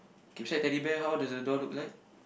keep side Teddy Bear how does the door look like